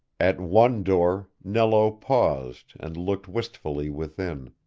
at one door nello paused and looked wistfully within